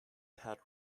paired